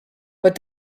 but